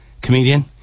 comedian